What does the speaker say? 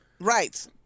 right